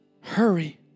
hurry